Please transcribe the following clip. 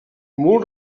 molt